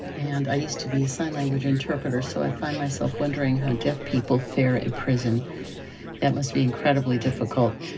and i used to be a sign language interpreter, so i find myself wondering how deaf people fare in prison that must be incredibly difficult.